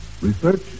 research